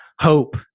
hope